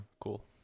cool